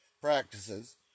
practices